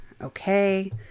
Okay